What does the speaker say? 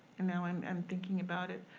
and now i'm um thinking about it.